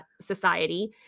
society